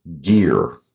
gear